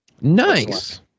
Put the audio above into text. Nice